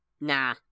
Nah